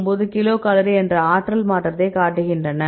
9 kilocalorie என்ற ஆற்றல் மாற்றத்தைக் காட்டுகின்றன